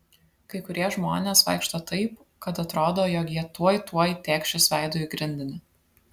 kai kurie žmonės vaikšto taip kad atrodo jog jie tuoj tuoj tėkšis veidu į grindinį